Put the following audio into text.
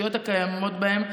התשתיות הקיימות בהם,